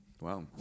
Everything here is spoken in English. Wow